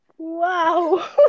Wow